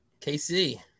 KC